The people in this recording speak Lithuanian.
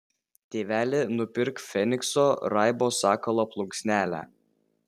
tėveli nupirk fenikso raibo sakalo plunksnelę